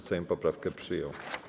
Sejm poprawkę przyjął.